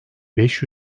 beş